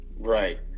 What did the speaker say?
right